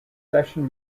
session